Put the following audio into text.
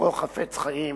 בספרו "חפץ חיים"